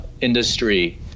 industry